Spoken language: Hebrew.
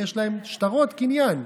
יש להם שטרות קניין,